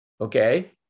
okay